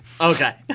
Okay